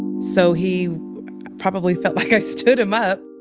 so he probably felt like i stood him up.